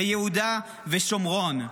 ביהודה ושומרון.